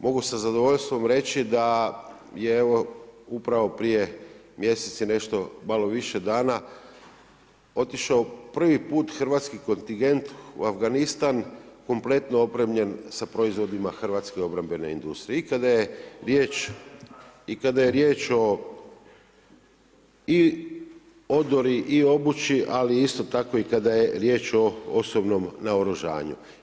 Mogu sa zadovoljstvom reći da je upravo prije mjesec i nešto malo više dana otišao prvi put hrvatski kontingent u Afganistan kompletno opremljen sa proizvodima hrvatske obrambene industrije i kada je riječ o odori, obući, ali isto tako kada je riječ o osobnom naoružanju.